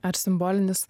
ar simbolinis